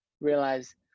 realize